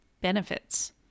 Benefits